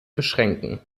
beschränken